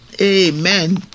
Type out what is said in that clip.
Amen